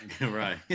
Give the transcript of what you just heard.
Right